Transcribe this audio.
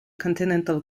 continental